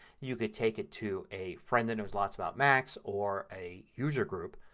you can take it to a friend that knows lots about macs or a user group.